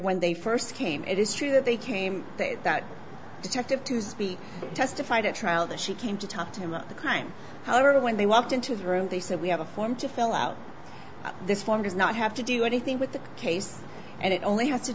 when they first came it is true that they came that detective to speak testified at trial that she came to talk to him about the crime however when they walked into the room they said we have a form to fill out this form does not have to do anything with the case and it only has to